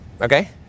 okay